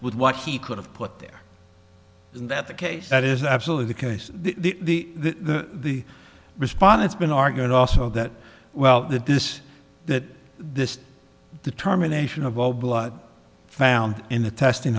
with what he could have put there in that the case that is absolutely the case the the the respawn it's been argued also that well that this that this determination of zero blood found in the testing